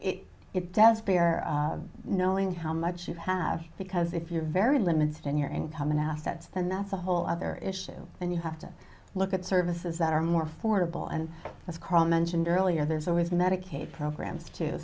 but it does bear knowing how much you have because if you're very limited in your income and assets then that's a whole other issue and you have to look at services that are more affordable and as mentioned earlier there's always medicaid program